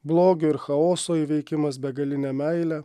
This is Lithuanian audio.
blogio ir chaoso įveikimas begaline meile